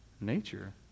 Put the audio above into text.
nature